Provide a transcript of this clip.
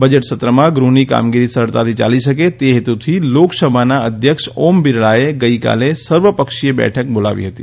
budget સત્રમાં ગૃહની કામગીરી સરળતાથી યાલી શકે તે હેતુથી લોકસભાના અધ્યક્ષ ઓમ બીરલાએ ગઈકાલે સર્વપક્ષીય બેઠક બોલાવી હતી